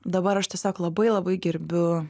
dabar aš tiesiog labai labai gerbiu